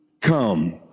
come